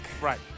Right